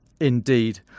indeed